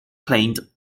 claimed